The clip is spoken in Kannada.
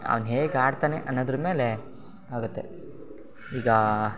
ಅವ್ನು ಹೇಗೆ ಆಡ್ತಾನೆ ಅನ್ನೋದ್ರ ಮೇಲೆ ಆಗುತ್ತೆ ಈಗ